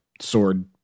sword